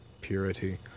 purity